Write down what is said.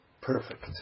perfect